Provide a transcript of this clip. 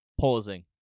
Pausing